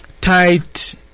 tight